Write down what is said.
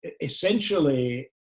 essentially